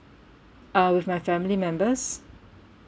uh with my family members